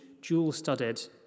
jewel-studded